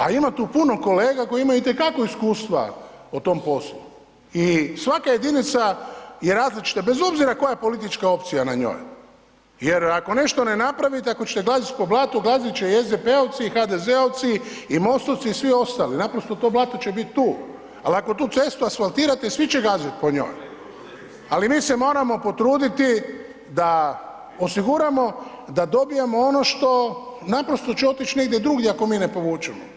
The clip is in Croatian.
A ima tu puno kolega koji imaju itekako iskustva o tom poslu i svaka jedinica je različita bez obzira koja je politička opcija na njoj jer ako nešto ne napravite, ako ćete gazit po blatu, gazit će i SDP-ovci i HDZ-ovci i MOST-ovci i svi ostali, naprosto to blato će bit tu ali ako tu cestu asfaltirate, svi će gazit po njoj ali mi se moramo potruditi da osigurano da dobijemo ono što naprosto će otić negdje drugdje ako mi ne povučemo